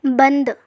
بند